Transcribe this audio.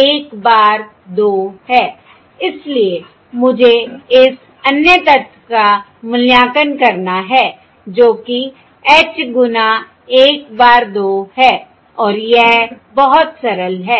1 bar 2 है I इसलिए मुझे इस अन्य तत्व का मूल्यांकन करना है जो कि H गुना 1 bar 2 है और यह बहुत सरल है